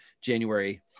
january